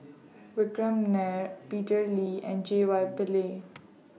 Vikram Nair Peter Lee and J Y Pillay